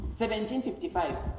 1755